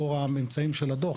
לאור הממצאים של הדוח,